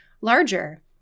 larger